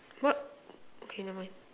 what okay never mind